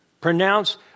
pronounce